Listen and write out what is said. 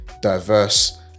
diverse